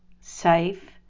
safe